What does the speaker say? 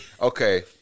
Okay